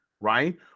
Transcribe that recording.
right